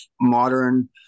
modern